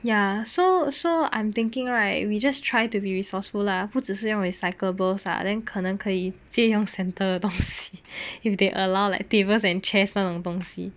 ya so so I'm thinking right we just try to be resourceful lah 不只是用 recyclables ah then 可能可以借用 center 的东西 if they allow like tables and chairs 那种东西